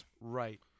Right